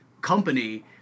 company